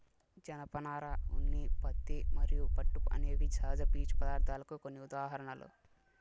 జనపనార, ఉన్ని, పత్తి మరియు పట్టు అనేవి సహజ పీచు పదార్ధాలకు కొన్ని ఉదాహరణలు